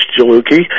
jaluki